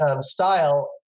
style